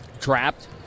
Trapped